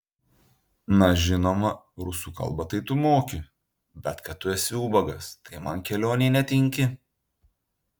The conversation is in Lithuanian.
na žinoma rusų kalbą tai tu moki bet kad tu esi ubagas tai man kelionei netinki